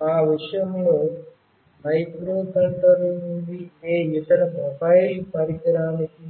మా విషయంలో మైక్రోకంట్రోలర్ నుండి ఏ ఇతర మొబైల్ పరికరానికి